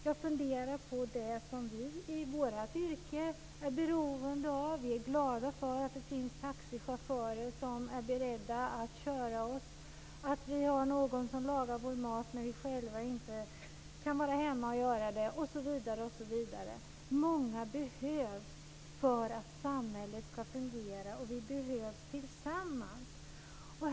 Jag funderar på dem som vi i vårt yrke är beroende av. Vi är glada för att det finns taxichaufförer som är beredda att köra oss och att vi har någon som lagar vår mat när vi själva inte kan vara hemma att göra det, osv. Många behövs för att samhället ska fungera, och vi behövs tillsammans.